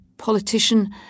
politician